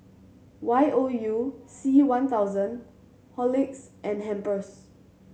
Y O U C one thousand Horlicks and Pampers